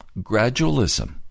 Gradualism